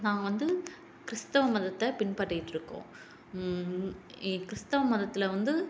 நான் வந்து கிறிஸ்துவ மதத்தை பின் பற்றிட்டு இருக்கோம் இ கிறிஸ்தவ மதத்தில் வந்து